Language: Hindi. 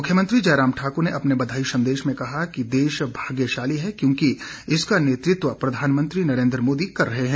मुख्यमंत्री जय राम ठाकुर ने अपने बंधाई संदेश में कहा कि देश भाग्यशाली है क्योंकि इसका नेतृत्व प्रधानमंत्री नरेंद्र मोदी कर रहे हैं